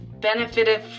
benefited